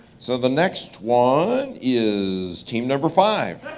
so the next one is team number five,